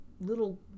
little